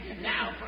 Now